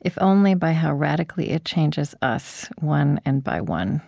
if only by how radically it changes us one and by one.